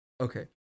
Okay